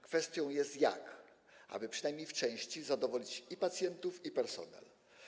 Kwestią jest jak, aby - przynajmniej w części - zadowolić i pacjentów, i personel.